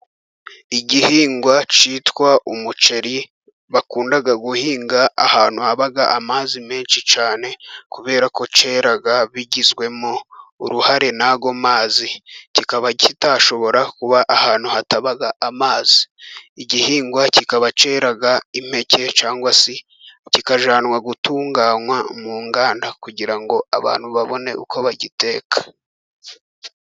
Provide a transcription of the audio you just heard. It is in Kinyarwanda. Igihingwa cyitwa umuceri bakunda guhinga ahantu haba amazi menshi cyane, kubera ko cyera bigizwemwo uruhare n'ayo mazi, kikaba kidashobora kuba ahantu hataba amazi, igihingwa kikaba cyera impeke, cyangwa se cyikajyanwa gutunganywa mu nganda, kugira ngo abantu babone uko bagiteka.